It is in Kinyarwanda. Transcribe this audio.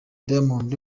diamond